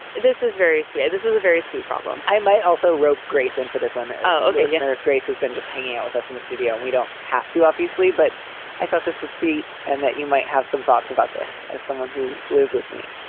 this is very sweet. this is a very sweet problem. i might also rope grace in for this one. oh, centerist. grace has been just hanging out with us in the studio. we don't have to, obviously. but i thought this was sweet and that you might have some thoughts about this. as someone who with me,